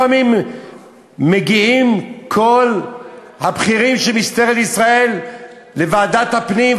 לפעמים מגיעים כל הבכירים של משטרת ישראל לוועדת הפנים,